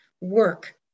work